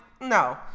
no